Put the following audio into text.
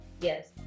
yes